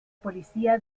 policía